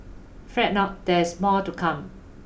fret not there is more to come